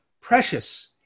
precious